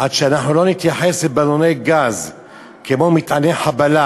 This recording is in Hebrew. עד שאנחנו לא נתייחס לבלוני גז כמו למטעני חבלה,